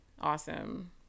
awesome